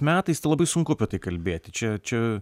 metais tai labai sunku apie tai kalbėti čia čia